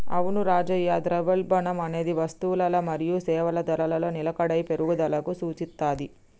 అవును రాజయ్య ద్రవ్యోల్బణం అనేది వస్తువులల మరియు సేవల ధరలలో నిలకడైన పెరుగుదలకు సూచిత్తది